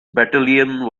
battalion